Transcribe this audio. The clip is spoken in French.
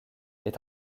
est